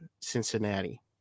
Cincinnati